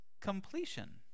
completion